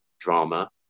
drama